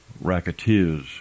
racketeers